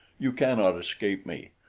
you cannot escape me.